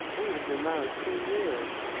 we have been married two years.